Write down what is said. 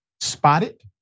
spotted